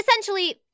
essentially